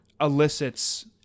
elicits